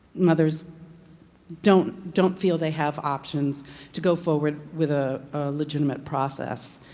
mothers don't don't feel they have options to go forward with a legitimate process.